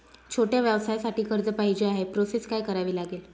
छोट्या व्यवसायासाठी कर्ज पाहिजे आहे प्रोसेस काय करावी लागेल?